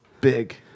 Big